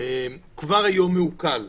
אדם שכבר היום מעוקל,